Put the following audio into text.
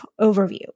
overview